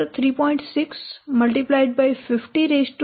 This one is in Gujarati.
6 x 1